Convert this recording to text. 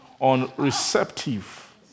unreceptive